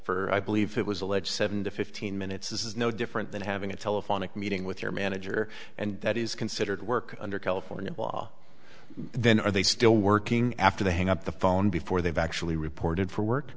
for i believe it was allege seven to fifteen minutes is no different than having a telephonic meeting with your manager and that is considered work under california law then are they still working after the hang up the phone before they've actually reported for work